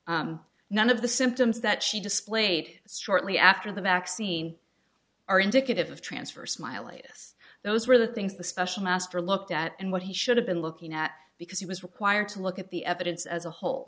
latest none of the symptoms that she displayed strongly after the vaccine are indicative of transfer smiley yes those were the things the special master looked at and what he should have been looking at because he was required to look at the evidence as a whole